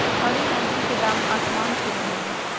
हरी इलायची के दाम आसमान छू रहलय हई